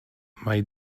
mai